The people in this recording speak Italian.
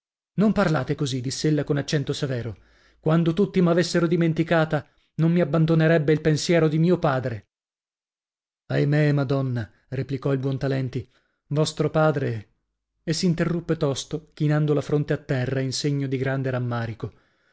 non parlate così diss'ella con accento severo quando tutti m'avessero dimenticata non mi abbandonerebbe il pensiero di mio padre ahimè madonna replicò il buontalenti vostro padre e s'interruppe tosto chinando la fronte a terra in segno di grande rammarico